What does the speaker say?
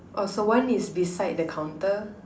oh so one is beside the counter